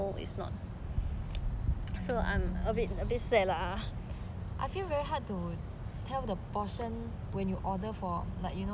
I feel very hard to tell the portion when you order for barbecue and